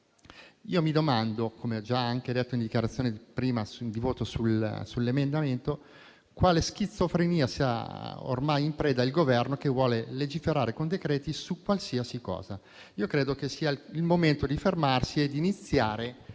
Io mi domando - come ho già detto prima in dichiarazione di voto sull'emendamento - di quale schizofrenia sia ormai preda il Governo, che vuole legiferare con decreti d'urgenza su qualsiasi cosa. Credo che sia il momento di fermarsi e di iniziare